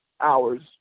hours